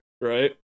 right